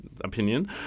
opinion